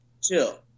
chill